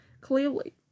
Clearly